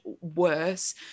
worse